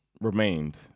remained